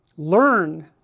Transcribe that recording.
learn,